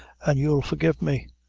and you'll forgive me.